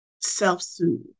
self-soothe